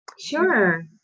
Sure